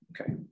okay